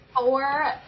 four